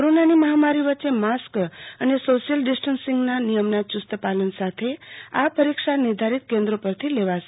corona મહામારી વચ્ચે mask અને સોશિયલ ડિસ્ટન્સિંગના નિયમના યુસ્ત પાલન સાથે આ પરીક્ષા નિર્ધારિત કેન્દ્રો પરથી લેવાશે